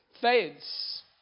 fades